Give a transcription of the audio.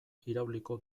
irauliko